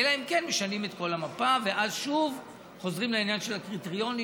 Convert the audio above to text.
אלא אם כן משנים את כל המפה ואז שוב חוזרים לעניין של הקריטריונים.